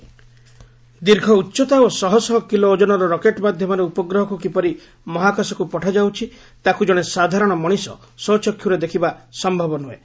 ଉପଗ୍ରହ ଦୀର୍ଘ ଉଚ୍ଚତା ଓ ଶହଶହ କିଲୋ ଓଜନର ରକେଟ୍ ମାଧ୍ଧମରେ ଉପଗ୍ରହକୁ କିପରି ମହାକାଶକୁ ପଠାଯାଉଛି ତାକୁ ଜଣେ ସାଧାରଣ ମଣିଷ ସ୍ୱଚକ୍ଷୁରେ ଦେଖିବା ସମ୍ଭବ ନୂହେଁ